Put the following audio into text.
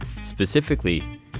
Specifically